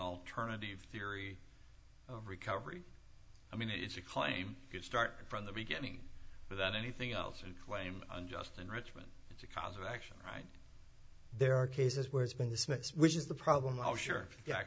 alternative theory of recovery i mean it's a claim could start from the beginning without anything else and claim unjust enrichment because of action right there are cases where it's been dismissed which is the problem how sure y